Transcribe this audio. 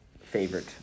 favorite